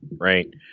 right